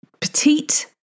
petite